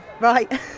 Right